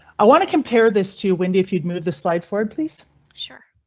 i want to compare this to wendy. if you move the slide forward, please sure.